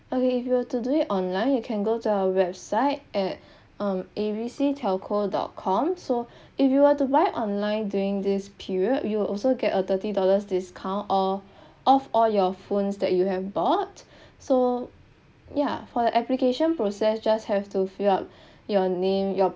okay if you were to do it online you can go to our website at um a b c telco dot com so if you were to buy it online during this period you will also get a thirty dollars discount uh off all your phones that you have bought so yeah for the application process just have to fill up your name your